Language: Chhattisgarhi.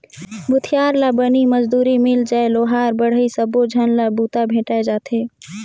भूथियार ला बनी मजदूरी मिल जाय लोहार बड़हई सबो झन ला बूता भेंटाय जाथे